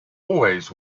always